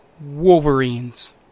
Wolverines